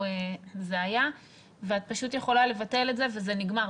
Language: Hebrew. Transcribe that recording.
זה היה ואת פשוט יכולה לבטל את זה וזה נגמר.